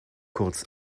kurz